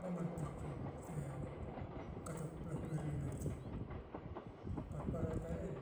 Ba man purpur te kato paplaku eren i latu. Parpara taren